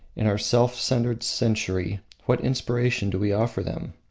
in our self-centered century, what inspiration do we offer them?